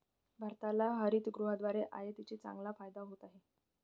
भारताला हरितगृहाद्वारे आयातीचा चांगला फायदा होत आहे